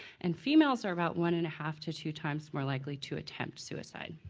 and females are about one and half to two times more likely to attempt suicide.